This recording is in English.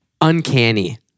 uncanny